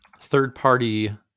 third-party